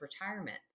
retirement